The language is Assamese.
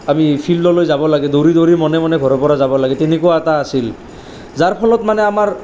আমি ফিল্ডলৈ যাব লাগে দৌৰি দৌৰি মনে মনে ঘৰৰ পৰা যাব লাগে তেনেকুৱা এটা আছিল যাৰ ফলত মানে আমাৰ